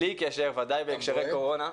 ספורט.